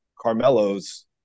Carmelo's